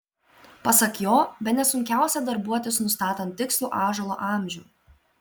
pasak jo bene sunkiausia darbuotis nustatant tikslų ąžuolo amžių